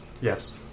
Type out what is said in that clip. Yes